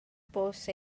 bws